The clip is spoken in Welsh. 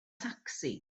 tacsi